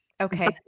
Okay